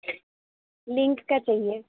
link کا چاہیے